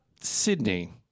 Sydney